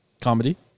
Comedy